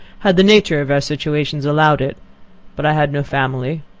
had the nature of our situations allowed it but i had no family,